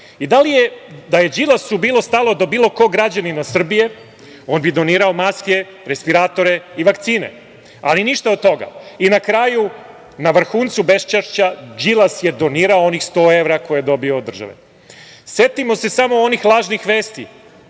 umirali.I da je Đilasu bilo stalo do bilo kog građanina Srbije on bi donirao maske, respiratore i vakcine, ali ništa od toga. I na kraju, na vrhuncu beščašća Đilas je donirao onih 100 evra koje je dobio od države. Setimo se samo onih lažnih vesti,